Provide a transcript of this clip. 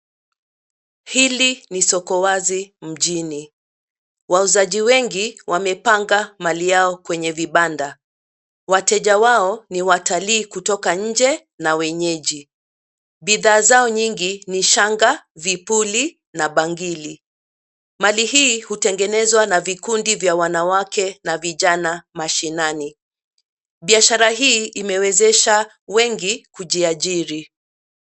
Hili ni soko wazi mjini. Wauzaji wengi wamepanga mali yao kwenye vibanda. Wateja wao ni watalii kutoka inje na wenyeji. Bidhaa zao nyingi ni shanga, vipuli na bangili. Mali hii hutengenezwa na vikindi vya wanawake na vijana mashinani. Biashara hii imewezesha wengi kujiajiri.